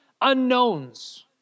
unknowns